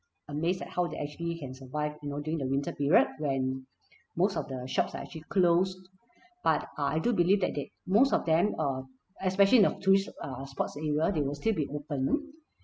amazed at how they actually can survive you know during the winter period when most of the shops are actually closed but uh I do believe that they most of them uh especially in the tourist uh spots area they will still be open